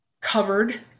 covered